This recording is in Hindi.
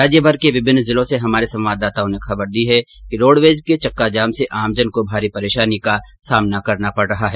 राज्यभर के विभिन्न जिलों से हमारे संवाददाताओं ने खबर दी है कि रोडवेज के चक्काजाम से आमजन को भारी परेशानी का सामना करना पड रहा हैं